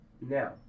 Now